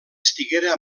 estiguera